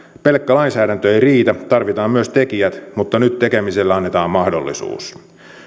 pelkkä lainsäädäntö ei riitä tarvitaan myös tekijät mutta nyt tekemiselle annetaan mahdollisuus